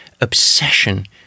obsession